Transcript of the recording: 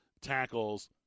tackles